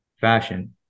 fashion